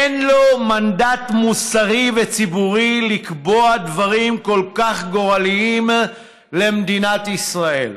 אין לו מנדט מוסרי וציבורי לקבוע דברים כל כך גורליים למדינת ישראל,